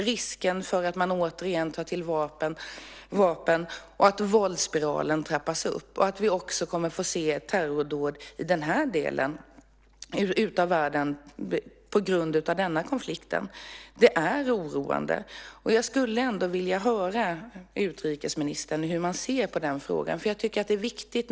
Risken för att man återigen tar till vapen, att våldsspiralen trappas upp och att vi kommer att få se terrordåd också i den här delen av världen på grund av denna konflikt är oroande. Jag skulle vilja höra hur man ser på den frågan, utrikesministern.